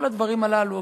כל הדברים הללו,